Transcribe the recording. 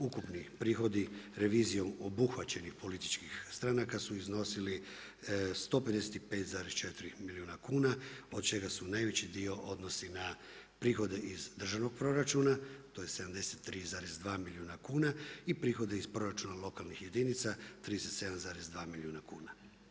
Ukupni prihodi revizijom obuhvaćenih političkih stranaka su iznosili 155,4 milijuna kuna od čega se najveći dio odnosi na prihode iz državnog proračuna, to je 73,2 milijuna kuna i prihode iz proračuna lokalnih jedinica 37,2 milijuna kuna.